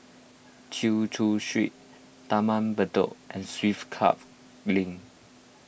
Chin Chew Street Taman Bedok and Swiss Club Link